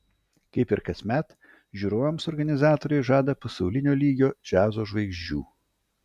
kaip ir kasmet žiūrovams organizatoriai žada pasaulinio lygio džiazo žvaigždžių